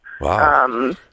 Wow